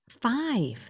five